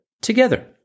together